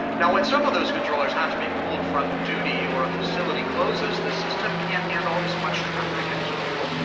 now, when some of those controllers have to be pulled from duty, or a facility closes, the system can't handle as much traffic as usual,